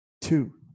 two